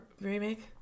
remake